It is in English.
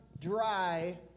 dry